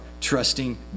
trusting